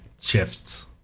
shifts